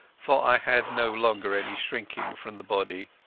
for i had no longer any shrinking from the body.